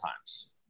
times